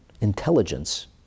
intelligence